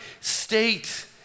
state